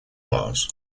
bars